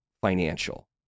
financial